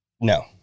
No